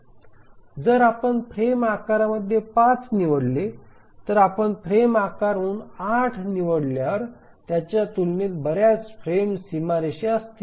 जर आपण फ्रेम आकाराप्रमाणे 5 निवडले तर आपण फ्रेम आकार म्हणून 8 निवडल्यावर त्याच्या तुलनेत बर्याच फ्रेम सीमारेषा असतील